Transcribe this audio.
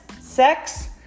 sex